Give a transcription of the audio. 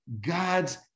God's